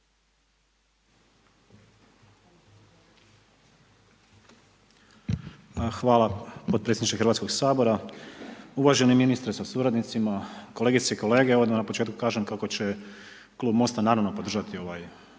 Hvala podpredsjedniče hrvatskog Sabora. Uvaženi ministre sa suradnicima, kolegice i kolege. Evo odmah na početku da kažem kako će Klub MOST-a naravno podržati ovaj